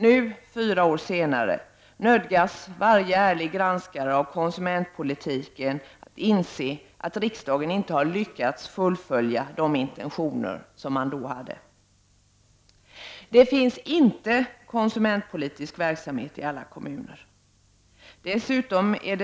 Nu, fyra år senare, nödgas varje ärlig granskare av konsumentpolitiken att inse att riksdagen inte har lyckats fullfölja de intentioner som riksdagen hade 1986. Det finns inte konsumentpolitisk verksamhet i alla kommuner. Dessutom är